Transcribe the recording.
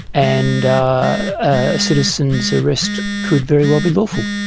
and a citizen's arrest could very well be lawful.